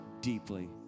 deeply